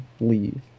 leave